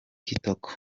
kitoko